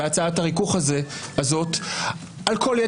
אתמול,